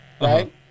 Right